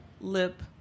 lip